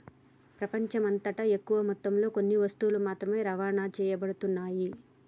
ప్రపంచమంతటా ఎక్కువ మొత్తంలో కొన్ని వస్తువులు మాత్రమే రవాణా చేయబడుతున్నాయి